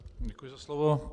Děkuji za slovo.